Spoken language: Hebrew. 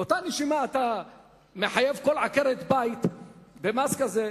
ובאותה נשימה אתה מחייב כל עקרת-בית במס כזה,